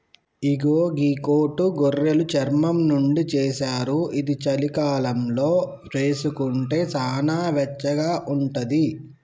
ఇగో గీ కోటు గొర్రెలు చర్మం నుండి చేశారు ఇది చలికాలంలో వేసుకుంటే సానా వెచ్చగా ఉంటది